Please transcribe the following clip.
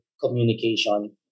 communication